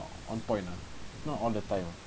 on point ah not all the time ah